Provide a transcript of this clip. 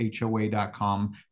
HOA.com